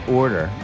order